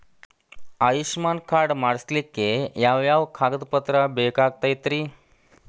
Ayushman card ಮಾಡ್ಸ್ಲಿಕ್ಕೆ ಯಾವ ಯಾವ ಕಾಗದ ಪತ್ರ ಬೇಕಾಗತೈತ್ರಿ?